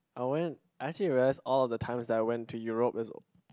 I went I actually realised all of the times that I went to Europe is